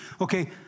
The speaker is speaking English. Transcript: Okay